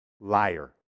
liar